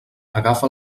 agafa